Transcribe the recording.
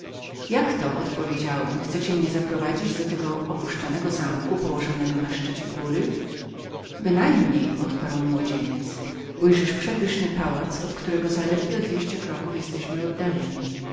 zamku jakto odpowiedziałem chcesz pan mnie zaprowadzić do tego opuszczonego zamku położonego na szczycie góry bynajmniej odparł młodzieniec ujrzysz pan przepyszny pałac od którego zaledwie o dwieście kroków jesteśmy oddaleni